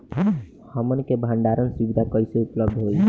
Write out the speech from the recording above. हमन के भंडारण सुविधा कइसे उपलब्ध होई?